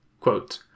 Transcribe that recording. quote